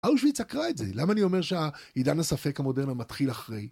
אושוויץ עקרה את זה, למה אני אומר שעידן הספק המודרני מתחיל אחרי?